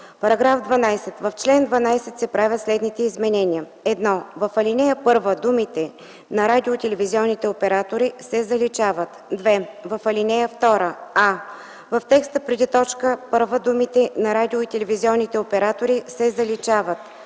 § 12: „§ 12. В чл. 12 се правят следните изменения: 1. В ал. 1 думите „на радио- и телевизионните оператори” се заличават. 2. В ал. 2: а) в текста преди т. 1 думите „на радио- и телевизионните оператори” се заличават.